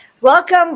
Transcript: Welcome